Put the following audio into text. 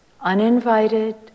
Uninvited